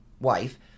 wife